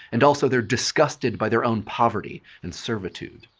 and also they're disgusted by their own poverty and servitude.